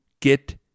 get